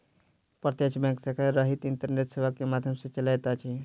प्रत्यक्ष बैंक शाखा रहित इंटरनेट सेवा के माध्यम सॅ चलैत अछि